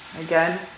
Again